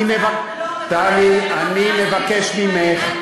ושר האוצר לא, טלי, אני מבקש ממך.